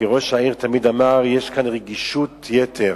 כי ראש העיר תמיד אמר: יש כאן רגישות יתר.